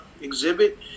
exhibit